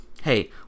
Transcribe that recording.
Hey